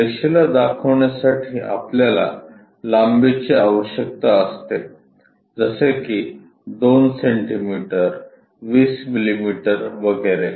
रेषेला दाखवण्यासाठी आपल्याला लांबीची आवश्यकता असते जसे की 2 सेंटीमीटर 20 मिमी वगैरे